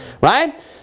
right